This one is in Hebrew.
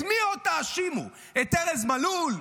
את מי עוד תאשימו, את ארז מלול?